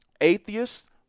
atheists